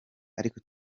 ariko